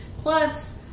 plus